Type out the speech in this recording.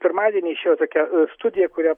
pirmadienį išėjo tokia studija kurią